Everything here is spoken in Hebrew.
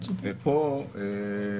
צריך